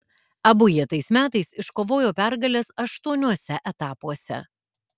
abu jie tais metais iškovojo pergales aštuoniuose etapuose